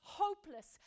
hopeless